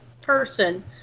person